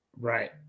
Right